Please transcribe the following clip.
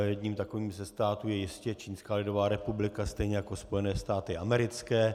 Jedním z takových států je jistě Čínská lidová republika, stejně jako Spojené státy americké.